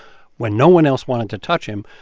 when no one else wanted to touch him,